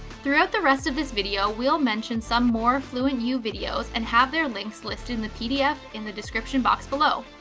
throughout the rest of this video we'll mention some more fluentu videos and have their links listed the pdf in the description box below,